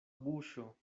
buŝo